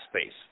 space